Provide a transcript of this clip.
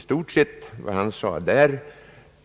stort sett instämma i vad han sade därvidlag.